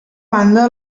banda